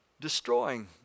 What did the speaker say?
destroying